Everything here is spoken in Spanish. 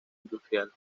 industrial